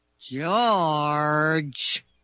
George